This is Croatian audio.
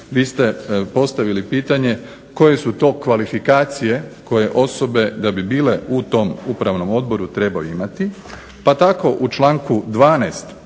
vi ste postavili pitanje koje su to kvalifikacije koje osobe da bi bile u tom upravnom odboru trebaju imati, pa tako u članku 12.